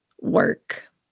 work